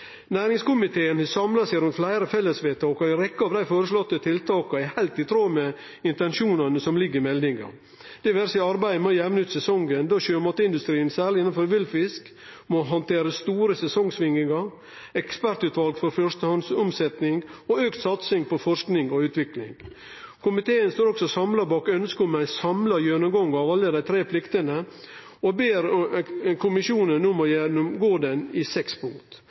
Næringskomiteen har samla seg rundt fleire fellesvedtak, og ei rekkje av dei føreslåtte tiltaka er heilt i tråd med intensjonane som ligg i meldinga – det vere seg arbeidet med å jamne ut sesongen, då sjømatindustrien, særleg innanfor villfisk, må handtere store sesongsvingingar, eit ekspertutval for førstehandsomsetning og auka satsing på forsking og utvikling. Komiteen står også samla bak ønsket om ein samla gjennomgang av alle dei tre pliktene og ber kommisjonen om å gjennomgå det i seks punkt.